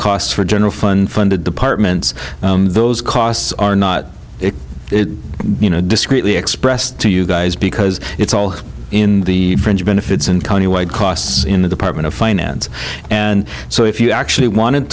costs for general fund funded departments those costs are not you know discreetly expressed to you guys because it's all in the fringe benefits and countywide costs in the department of finance and so if you actually want